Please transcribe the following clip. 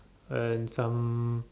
and some